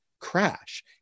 crash